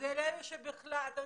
מאלה שבכלל לא פונים.